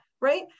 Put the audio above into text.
right